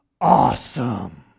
awesome